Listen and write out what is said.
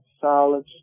solid